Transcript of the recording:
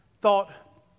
thought